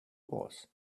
was